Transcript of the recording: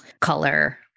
color